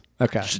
Okay